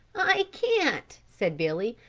i can't, said billy,